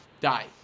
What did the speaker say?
die